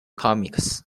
comics